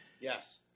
Yes